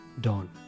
Dawn